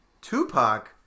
Tupac